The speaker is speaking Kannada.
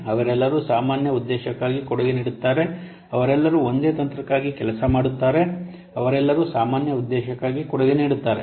ಅವರೆಲ್ಲರೂ ಸಾಮಾನ್ಯ ಉದ್ದೇಶಕ್ಕೆ ಕೊಡುಗೆ ನೀಡುತ್ತಾರೆ ಅವರೆಲ್ಲರೂ ಒಂದೇ ತಂತ್ರಕ್ಕಾಗಿ ಕೆಲಸ ಮಾಡುತ್ತಾರೆ ಅವರೆಲ್ಲರೂ ಸಾಮಾನ್ಯ ಉದ್ದೇಶಕ್ಕೆ ಕೊಡುಗೆ ನೀಡುತ್ತಾರೆ